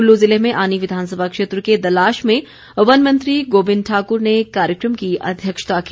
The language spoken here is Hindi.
कुल्लू जिले में आनी विधानसभा क्षेत्र के दलाश में वन मंत्री गोबिंद ठाकुर ने कार्यक्रम की अध्यक्षता की